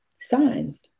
signs